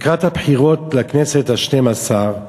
לקראת הבחירות לכנסת השתים-עשרה,